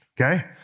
okay